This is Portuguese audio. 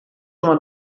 uma